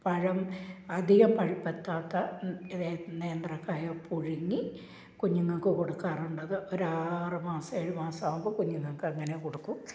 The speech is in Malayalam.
പഴം അധികം പഴു പറ്റാത്ത ഇതെ നേന്ത്രക്കായ പുഴുങ്ങി കുഞ്ഞുങ്ങൾക്ക് കൊടുക്കാറുണ്ടത് ഒരാറു മാസം ഏഴ് മാസമാകുമ്പോൾ കുഞ്ഞുങ്ങൾക്കങ്ങനെ കൊടുക്കും